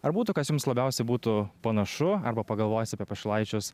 ar būtų kas jums labiausiai būtų panašu arba pagalvojus apie pašilaičius